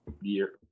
year